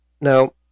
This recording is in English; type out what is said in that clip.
Now